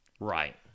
Right